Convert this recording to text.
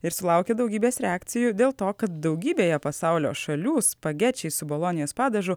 ir sulaukė daugybės reakcijų dėl to kad daugybėje pasaulio šalių spagečiai su bolonijos padažu